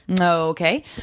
Okay